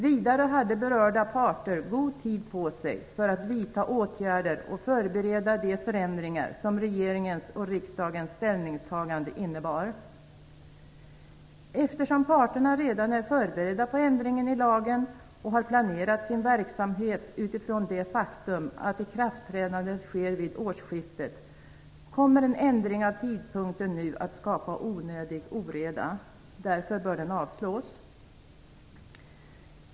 Vidare hade berörda parter god tid på sig för att vidta åtgärder och förbereda de förändringar som regeringens och riksdagens ställningstagande innebar. Eftersom parterna redan är förberedda på ändringen i lagen och har planerat sin verksamhet utifrån det faktum att ikraftträdandet sker vid årsskiftet, kommer en ändring av tidpunkten nu att skapa onödig oreda. Därför bör den avslås.